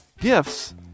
gifts